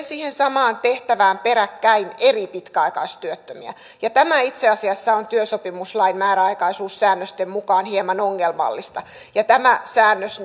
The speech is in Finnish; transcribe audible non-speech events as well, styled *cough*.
*unintelligible* siihen samaan tehtävään peräkkäin eri pitkäaikaistyöttömiä tämä itse asiassa on työsopimuslain määräaikaisuussäännösten mukaan hieman ongelmallista ja tämä säännös *unintelligible*